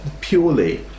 purely